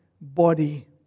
body